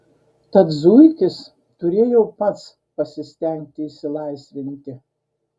tad zuikis turėjo pats pasistengti išsilaisvinti